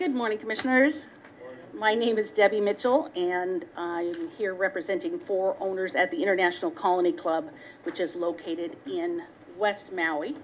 good morning commissioners my name is debbie mitchell and here representing four owners at the international colony club which is located in west maui